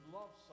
love